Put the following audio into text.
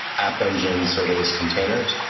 app engines, serverless containers.